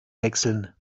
wechseln